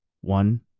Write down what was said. One